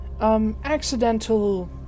Accidental